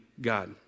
God